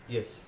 Yes